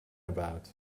about